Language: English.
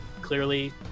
Clearly